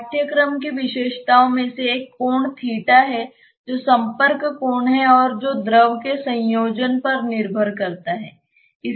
पाठ्यक्रम की विशेषताओं में से एक कोण है जो संपर्क कोण है और जो द्रव के संयोजन पर निर्भर करता है